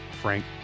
Frank